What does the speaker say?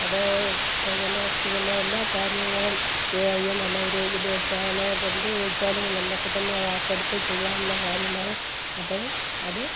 അത് ഇപ്പോള്ത്തന്നെ സ്കൂളിലെ എല്ലാ കാര്യങ്ങളും എ ഐ എന്നുള്ള ഒരു ഇതില് വച്ചാണ് ഇപ്പോള് എന്ത് ചോദിച്ചാലും നമ്മള്ക്ക് തന്നെ ആപ്പെടുത്ത് ചെയ്യാവുന്ന കാര്യമാണ് അപ്പോഴത്